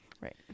Right